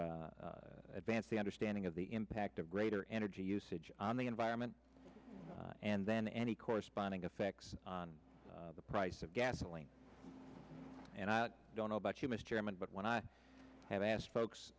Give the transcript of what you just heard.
o advance the understanding of the impact of greater energy usage on the environment and then any corresponding effects on the price of gasoline and i don't know about you mr chairman but when i have asked folks